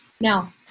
Now